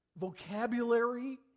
vocabulary